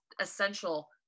essential